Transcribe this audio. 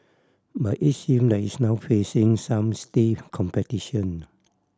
but it seem like it's now facing some stiff competition